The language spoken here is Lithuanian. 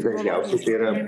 dažniausiai tai yra